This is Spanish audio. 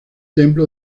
templo